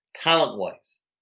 Talent-wise